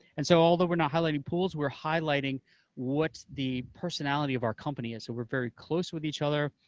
and so although we're not highlighting pools, we're highlighting what the personality of our company is, so we're very close with each other,